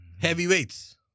Heavyweights